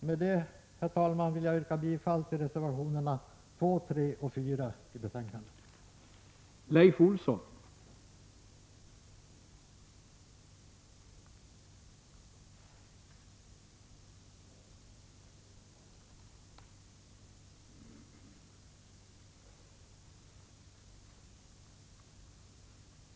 Med detta, herr talman, yrkar jag bifall till reservationerna 2, 3 och 4 i betänkande 27.